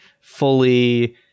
fully